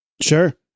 Sure